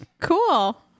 Cool